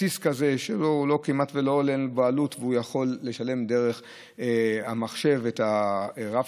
כרטיס כזה שכמעט אין לו עלות ולשלם דרך המחשב על הרב-קו,